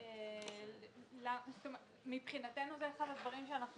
מבחינתנו, זה